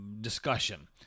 discussion